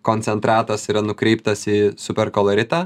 koncentratas yra nukreiptas į superkoloritą